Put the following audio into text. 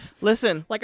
Listen